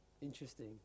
interesting